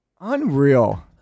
Unreal